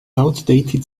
outdated